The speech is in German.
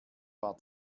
war